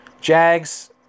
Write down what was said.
Jags